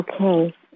Okay